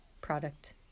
product